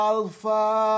Alpha